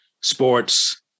sports